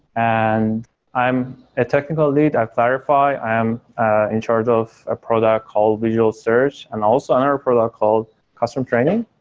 and i'm a technical lead at clarifai. i am in charge of a product called visual search and also another product called custom training,